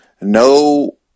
no